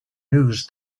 news